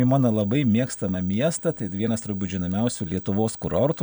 į mano labai mėgstamą miestą tai vienas turbūt žinomiausių lietuvos kurortų